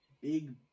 Big